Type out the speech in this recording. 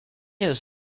his